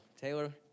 Taylor